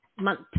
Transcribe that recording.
month